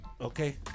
okay